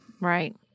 Right